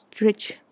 rich